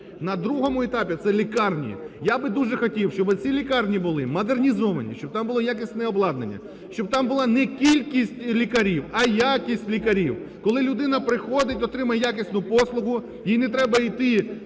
На другому етапі це лікарні. Я би дуже хотів, щоби ці лікарні були модернізовані, щоб там було якісне обладнання, щоб там була не кількість лікарів, а якість лікарів. Коли людина приходить, отримує якісну послугу, їй не треба іти